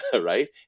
Right